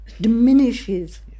diminishes